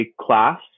class